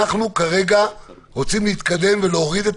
אנחנו כרגע רוצים להתקדם ולהוריד את